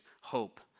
hope